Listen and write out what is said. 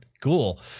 Cool